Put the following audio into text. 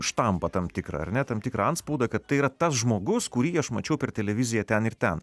štampą tam tikrą ar ne tam tikrą antspaudą kad tai yra tas žmogus kurį aš mačiau per televiziją ten ir ten